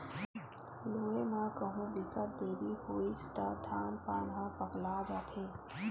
लूए म कहु बिकट देरी होइस त धान पान ह पकला जाथे